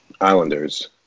Islanders